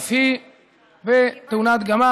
אף היא בתאונת גמל,